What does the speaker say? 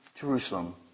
Jerusalem